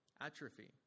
atrophy